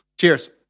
Cheers